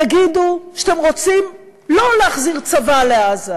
תגידו שאתם רוצים לא להחזיר צבא לעזה